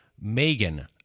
Megan